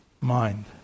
mind